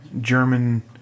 German